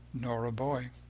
nor a boy.